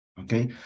okay